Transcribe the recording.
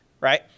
right